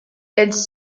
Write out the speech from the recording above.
elle